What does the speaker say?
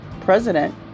president